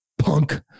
punk